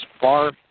far